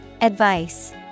Advice